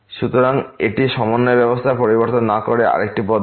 সুতরাং এটি সমন্বয় ব্যবস্থায় পরিবর্তন না করে আরেকটি পদ্ধতি